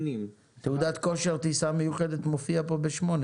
תעודת כושר טיסה מיוחדת מופיע פה ב-8,